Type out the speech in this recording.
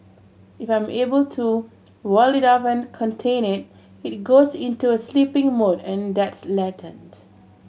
if I am able to wall it off and contain it it goes into a sleeping mode and that's latent